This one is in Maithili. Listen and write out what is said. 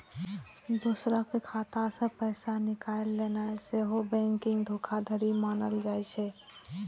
दोसरक खाता सं पैसा निकालि लेनाय सेहो बैंकिंग धोखाधड़ी मानल जाइ छै